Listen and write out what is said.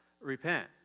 Repent